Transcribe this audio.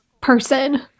person